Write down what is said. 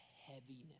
heaviness